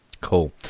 cool